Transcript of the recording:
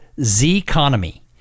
Z-Economy